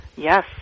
Yes